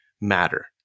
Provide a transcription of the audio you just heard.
matter